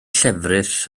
llefrith